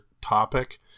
topic